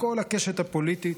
מכל הקשת הפוליטית,